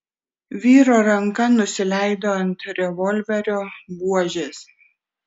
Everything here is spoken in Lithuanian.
vyro ranka nusileido ant revolverio buožės